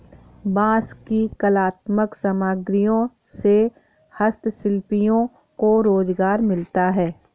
बाँस की कलात्मक सामग्रियों से हस्तशिल्पियों को रोजगार मिलता है